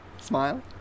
Smile